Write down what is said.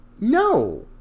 no